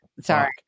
Sorry